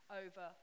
over